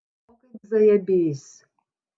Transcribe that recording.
o kaip zajabys